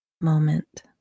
moment